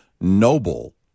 noble